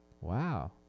Wow